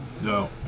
No